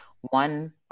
one